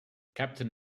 captain